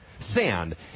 sand